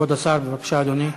כבוד השר, בבקשה, אדוני.